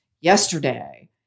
yesterday